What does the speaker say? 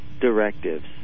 directives